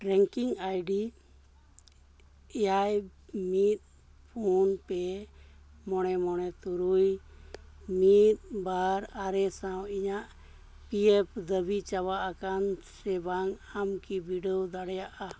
trekking ID ᱮᱭᱟᱭ ᱢᱤᱫ ᱯᱩᱱ ᱯᱮ ᱢᱚᱬᱮ ᱢᱚᱬᱮ ᱛᱩᱨᱩᱭ ᱢᱤᱫ ᱵᱟᱨ ᱟᱨᱮ ᱥᱟᱶ ᱤᱧᱟᱹᱜ ᱯᱤ ᱮᱯᱷ ᱫᱟᱹᱵᱤ ᱪᱟᱵᱟ ᱟᱠᱟᱱᱟ ᱥᱮ ᱵᱟᱝ ᱟᱢᱠᱤᱢ ᱵᱤᱰᱟᱹᱣ ᱫᱟᱲᱮᱭᱟᱜᱼᱟ